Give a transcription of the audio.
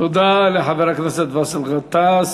תודה לחבר הכנסת באסל גטאס.